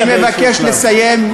אני מבקש לסיים,